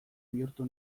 bihurtu